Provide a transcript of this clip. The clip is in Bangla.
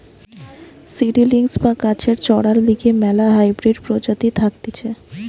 সিডিলিংস বা গাছের চরার লিগে ম্যালা হাইব্রিড প্রজাতি থাকতিছে